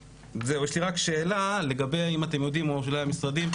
יש לי רק שאלה אם אתם יודעים או אולי המשרדים,